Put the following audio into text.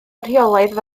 rheolaidd